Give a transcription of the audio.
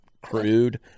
crude